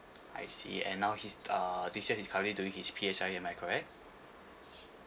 I see and now he's uh this year his currently doing his P_S_L_E am I correct